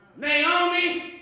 Naomi